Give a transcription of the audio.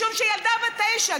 משום שילדה בת תשע,